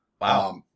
Wow